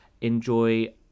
enjoy